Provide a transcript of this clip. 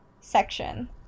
section